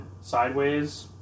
sideways